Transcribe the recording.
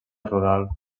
rural